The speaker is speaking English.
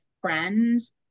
friends